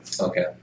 Okay